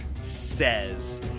says